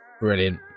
Brilliant